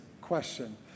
question